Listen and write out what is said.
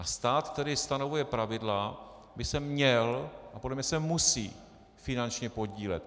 Stát, který stanovuje pravidla, by se měl a podle mě se musí finančně podílet.